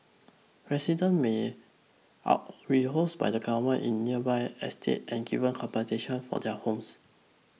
residents me are rehoused by the government in nearby estates and given compensation for their homes